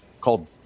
called